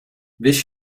wist